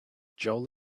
joel